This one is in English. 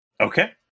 Okay